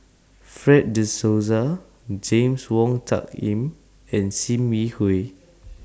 Fred De Souza James Wong Tuck Yim and SIM Yi Hui